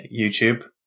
youtube